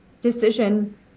decision